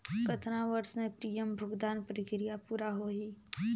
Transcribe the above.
कतना वर्ष मे प्रीमियम भुगतान प्रक्रिया पूरा होही?